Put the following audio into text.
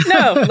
No